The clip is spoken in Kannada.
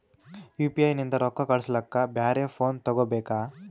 ಯು.ಪಿ.ಐ ನಿಂದ ರೊಕ್ಕ ಕಳಸ್ಲಕ ಬ್ಯಾರೆ ಫೋನ ತೋಗೊಬೇಕ?